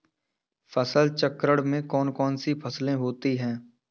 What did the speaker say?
फसल चक्रण में कौन कौन सी फसलें होती हैं?